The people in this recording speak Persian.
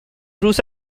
روز